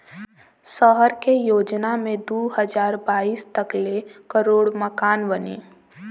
सहर के योजना मे दू हज़ार बाईस तक ले करोड़ मकान बनी